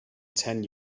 ten